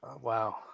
Wow